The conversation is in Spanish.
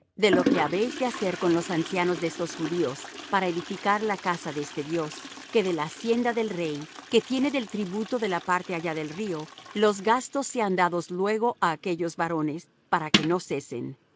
de lo que habéis de hacer con los ancianos de estos judíos para edificar la casa de este dios que de la hacienda del rey que tiene del tributo de la parte allá del río los gastos sean dados luego á aquellos varones para que no cesen